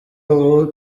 ubu